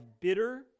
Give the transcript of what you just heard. bitter